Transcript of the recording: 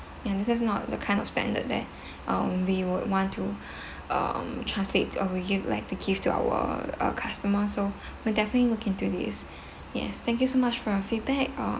ya this is not the kind of standard that um we would want to um translate or we'd like to give to our uh customer so we'll definitely look into this yes thank you so much for your feedback uh